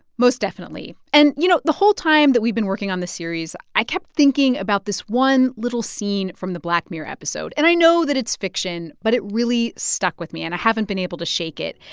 most definitely. and, you know, the whole time that we've been working on this series, i kept thinking about this one little scene from the black mirror episode. and i know that it's fiction, but it really stuck with me, and i haven't been able to shake it.